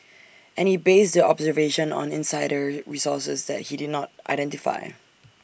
and he based the observation on insider resources that he did not identify